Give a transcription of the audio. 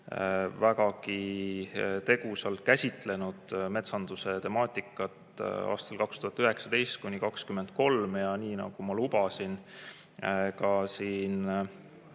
vägagi tegusalt käsitlenud metsanduse temaatikat aastail 2019–2023. Nii nagu ma lubasin ka siin